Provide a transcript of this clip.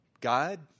God